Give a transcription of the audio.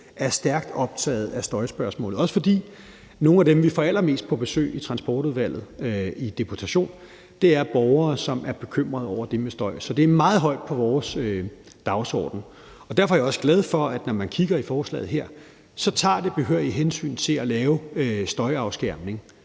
er stærkt optaget af støjspørgsmålet – også fordi nogle af dem, vi får allermest på besøg, i deputation i Transportudvalget, er borgere, som er bekymrede over det med støj. Så det står meget højt på vores dagsorden. Derfor er jeg også glad for, at forslaget her tager behørige hensyn til at lave støjafskærmning,